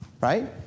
right